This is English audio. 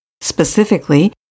Specifically